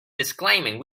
disclaiming